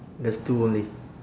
there's two only